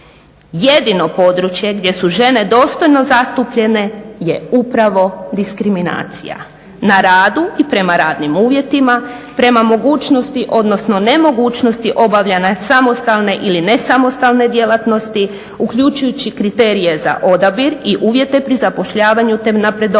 Jedino područje gdje su žene dostojno zastupljene je upravo diskriminacija na radu i prema radnim uvjetima, prema mogućnosti, odnosno nemogućnosti obavljanja samostalne ili nesamostalne djelatnosti uključujući kriterije za odabir i uvjete pri zapošljavanju te napredovanju,